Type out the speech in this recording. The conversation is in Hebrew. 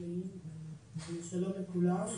שלום לכולם.